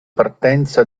partenza